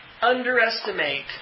underestimate